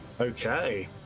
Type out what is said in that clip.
Okay